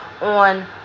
on